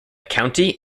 county